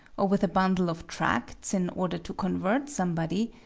or with a bundle of tracts, in order to convert somebody,